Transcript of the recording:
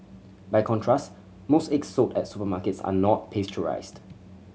by contrast most eggs sold at supermarkets are not pasteurised